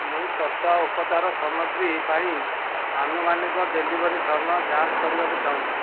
ମୁଁ ତ୍ଵତା ଉପଚାର ସାମଗ୍ରୀ ପାଇଁ ଆନୁମାନିକ ଡେଲିଭରି ସମୟ ଯାଞ୍ଚ କରିବାକୁ ଚାହୁଁଛି